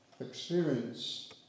experience